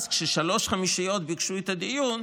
אז כששלוש-חמישיות יבקשו את הדיון,